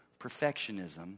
perfectionism